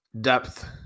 depth